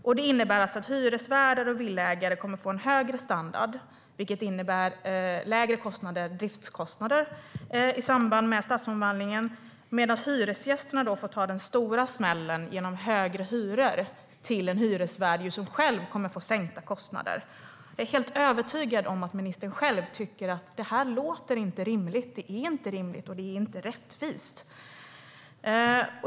Detta innebär att hyresvärdar och villaägare kommer att få en högre standard i samband med stadsomvandlingen, vilket innebär lägre driftskostnader, medan hyresgästerna får ta den stora smällen genom högre hyror till en hyresvärd som själv kommer att få sänkta kostnader. Jag är helt övertygad om att ministern själv tycker att det inte låter rimligt. Det är inte rimligt, och det är inte rättvist.